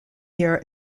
year